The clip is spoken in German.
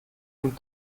dem